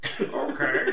Okay